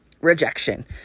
Rejection